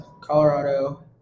Colorado